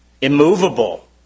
immovable